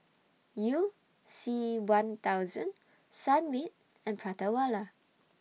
YOU C one thousand Sunmaid and Prata Wala